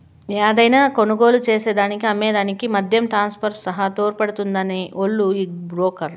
యాదైన స్టాక్ కొనుగోలు చేసేదానికి అమ్మే దానికి మద్యం ట్రాన్సాక్షన్ సహా తోడ్పాటునందించే ఓల్లు ఈ బ్రోకర్లు